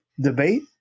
debate